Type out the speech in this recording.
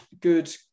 good